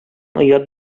оят